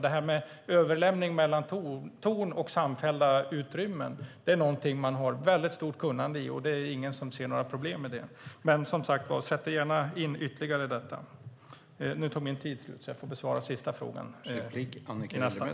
Det här med överlämnande mellan torn och samfällda utrymmen är någonting man har mycket stort kunnande om. Det är ingen som ser några problem med det. Men sätt dig gärna in i detta ytterligare.